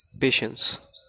patience